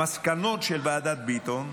המסקנות של ועדת ביטון,